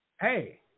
Hey